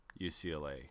UCLA